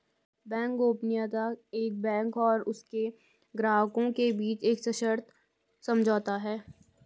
bank गोपनीयता एक bank और उसके ग्राहकों के बीच एक सशर्त समझौता है